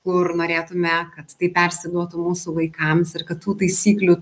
kur norėtume kad tai persiduotų mūsų vaikams ir kad tų taisyklių